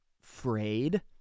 frayed